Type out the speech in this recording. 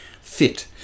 fit